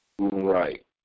Right